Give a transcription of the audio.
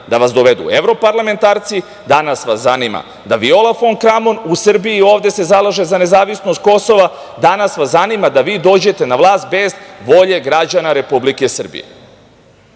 da vas dovedu evroparlamentarci, danas vas zanima da Viola fon Kramon, u Srbiji se zalaže za nezavisnost Kosova, danas vas zanima da vi dođete na vlast bez volje građana Republike Srbije. Mi